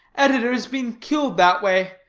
editors been killed that way.